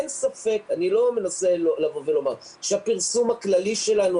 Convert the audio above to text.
אין ספק שהפרסום הכללי שלנו,